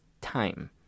time